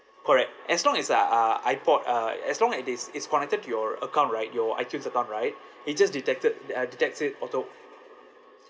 correct as long as uh uh ipod uh as long as it is is connected to your account right your itunes account right it just detected uh detects it auto